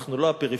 אנחנו לא הפריפריה.